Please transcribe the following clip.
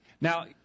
Now